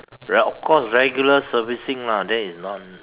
well of course regular servicing lah that is not